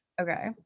okay